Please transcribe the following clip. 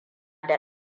da